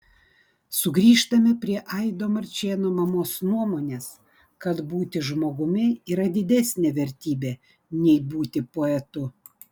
sugrįžtame prie aido marčėno mamos nuomonės kad būti žmogumi yra didesnė vertybė nei būti poetu